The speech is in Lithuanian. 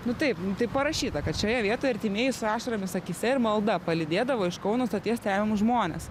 nu taip taip parašyta kad šioje vietoje artimieji su ašaromis akyse ir malda palydėdavo iš kauno stoties tremiamus žmones